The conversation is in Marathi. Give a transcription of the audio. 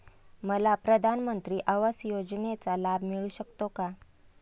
मला प्रधानमंत्री आवास योजनेचा लाभ मिळू शकतो का?